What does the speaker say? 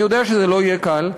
אני יודע שזה לא יהיה קל.